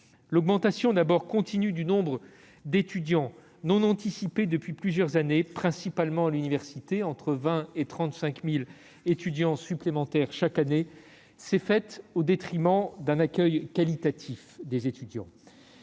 l'augmentation continue du nombre d'étudiants non anticipée depuis plusieurs années principalement à l'université, entre 20 000 et 35 000 étudiants supplémentaires chaque année, s'est faite au détriment d'un accueil qualitatif des étudiants.